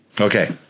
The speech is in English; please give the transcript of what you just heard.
Okay